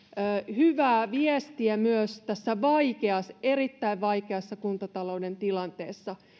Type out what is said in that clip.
hyvää viestiä myös tässä erittäin vaikeassa kuntatalouden tilanteessa